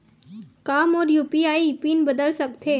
का मोर UPI PIN बदल सकथे?